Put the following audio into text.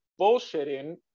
bullshitting